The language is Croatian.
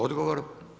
Odgovor.